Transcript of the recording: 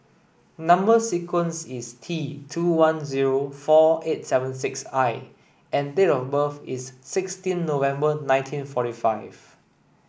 number sequence is T two one zero four eight seven six I and date of birth is sixteen November nineteen forty five